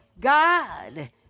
God